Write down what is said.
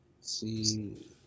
see